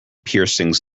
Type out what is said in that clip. piercings